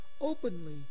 openly